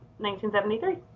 1973